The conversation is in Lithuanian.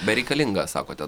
bereikalingas sakote